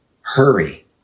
hurry